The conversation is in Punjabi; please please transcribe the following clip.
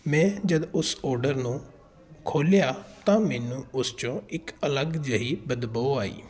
ਮੈਂ ਜਦ ਉਸ ਔਡਰ ਨੂੰ ਖੋਲਿਆ ਤਾਂ ਮੈਨੂੰ ਉਸ ਚੋਂ ਇੱਕ ਅਲੱਗ ਜਿਹੀ ਬਦਬੂ ਆਈ